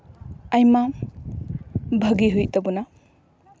ᱟᱭᱢᱟ ᱵᱷᱟᱜᱮ ᱦᱩᱭᱩᱜ ᱛᱟᱵᱚᱱᱟ